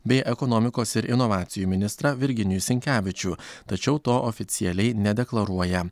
bei ekonomikos ir inovacijų ministrą virginijų sinkevičių tačiau to oficialiai nedeklaruoja